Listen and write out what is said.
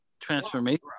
Transformation